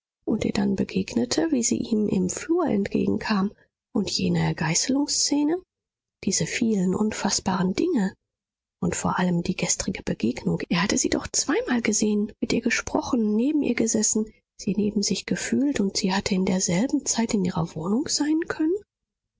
und ihr dann begegnete wie sie ihm im flur entgegenkam und jene geißlungsszene diese vielen unfaßbaren dinge und vor allem die gestrige begegnung er hatte sie doch zweimal gesehen mit ihr gesprochen neben ihr gesessen sie neben sich gefühlt und sie hatte in derselben zeit in ihrer wohnung sein können